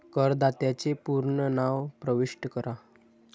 करदात्याचे पूर्ण नाव प्रविष्ट करा